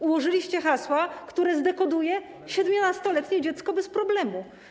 Ułożyliście hasła, które zdekoduje 17-letnie dziecko bez problemu.